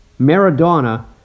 Maradona